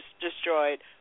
destroyed